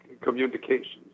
communications